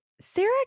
Sarah